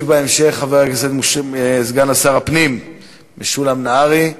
ישיב בהמשך סגן שר הפנים משולם נהרי.